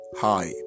Hi